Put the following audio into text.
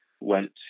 went